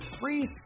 free